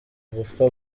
gupfa